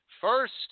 first